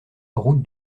route